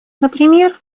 например